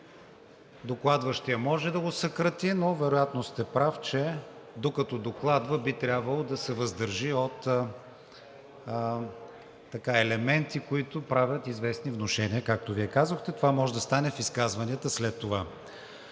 Докладващият може да го съкрати, но вероятно сте прав, че докато докладва, би трябвало да се въздържи от елементи, които правят известни внушения, както Вие казахте. Това може да стане в изказванията след това.